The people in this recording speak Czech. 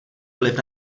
vliv